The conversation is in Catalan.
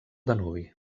danubi